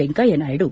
ವೆಂಕಯ್ಯನಾಯ್ತು